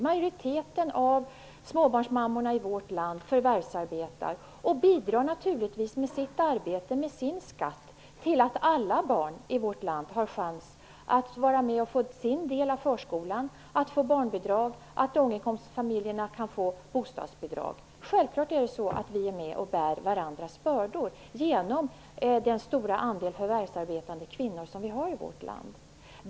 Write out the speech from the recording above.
Majoriteten av småbarnsmammorna förvärvsarbetar och bidrar med sitt arbete och sin skatt till att alla barn i vårt land har chans att gå i förskola och kan få barnbidrag och till att familjerna kan få bostadsbidrag. Den stora andel förvärvsarbetande kvinnor som vi har i vårt land bidrar till att vi bär varandras bördor.